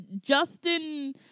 justin